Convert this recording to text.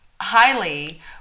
highly